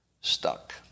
stuck